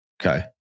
Okay